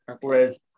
whereas